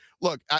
look